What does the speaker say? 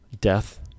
Death